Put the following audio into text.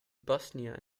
bosnia